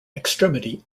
extremity